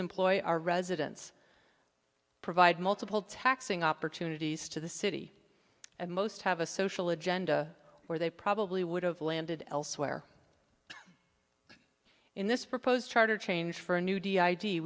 employ our residents provide multiple taxing opportunities to the city and most have a social agenda or they probably would have landed elsewhere in this proposed charter change for a new d i